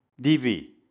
D-V